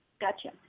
gotcha